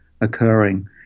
occurring